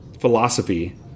philosophy